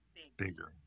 bigger